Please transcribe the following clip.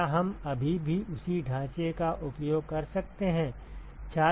क्या हम अभी भी उसी ढांचे का उपयोग कर सकते हैं